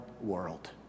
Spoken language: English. world